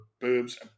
boobs